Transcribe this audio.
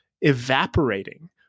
evaporating